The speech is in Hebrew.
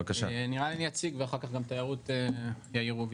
אני אציג ואחר כך גם תיירות יתייחסו.